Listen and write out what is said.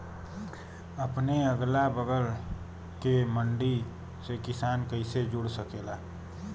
अपने अगला बगल के मंडी से किसान कइसे जुड़ सकेला?